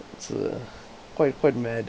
it's uh quite quite mad